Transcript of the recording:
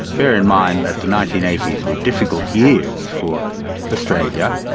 bear in mind that the nineteen eighty s were difficult years for australia. yeah